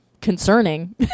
concerning